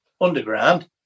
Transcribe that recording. underground